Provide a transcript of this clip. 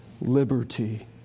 liberty